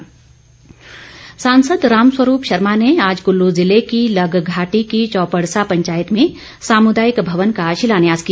रामस्वरूप सांसद रामस्वरूप शर्मा ने आज कुल्लू जिले की लग घाटी की चौपड़सा पंचायत में सामुदायिक भवन का शिलान्यास किया